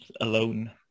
alone